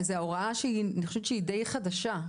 זו ההוראה שהיא אני חושבת שהיא די חדשה.